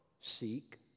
seek